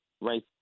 right